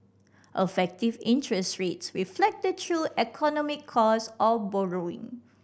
effective interest rates reflect the true economic cost of borrowing